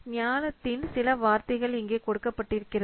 ஞானத்தின் சில வார்த்தைகள் இங்கே கொடுக்கப்பட்டிருக்கிறது